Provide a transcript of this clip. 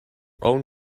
own